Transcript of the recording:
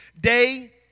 day